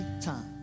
time